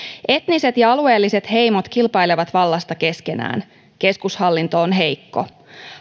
etniset ja alueelliset heimot kilpailevat vallasta keskenään keskushallinto on heikko